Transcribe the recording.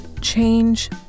change